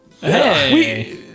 hey